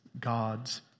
God's